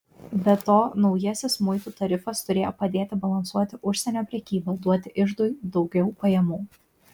be to naujasis muitų tarifas turėjo padėti balansuoti užsienio prekybą duoti iždui daugiau pajamų